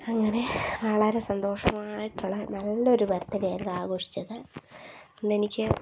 അങ്ങനെ വളരെ സന്തോഷമായിട്ടൂള്ള നല്ലൊരു ബർത്ത് ഡേ ആയിരുന്നു ആഘോഷിച്ചത് അന്നെനിക്ക്